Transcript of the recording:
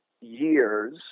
years